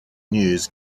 news